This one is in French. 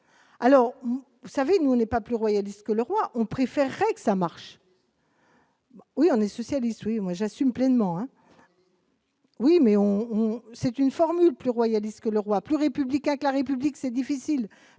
Alors vous savez, nous on n'est pas plus royaliste que le roi, on préférerait que ça marche. Oui, on est socialiste, oui, moi j'assume pleinement hein. Oui, mais on, on c'est une formule plus royaliste que le roi plus républicain que la République, c'est difficile